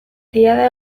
diada